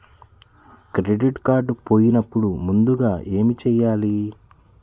Credit card పోయినపుడు ముందుగా ఏమి చేయాలి?